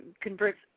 converts